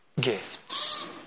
gifts